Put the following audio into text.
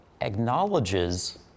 acknowledges